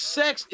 sex